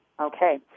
Okay